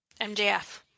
MJF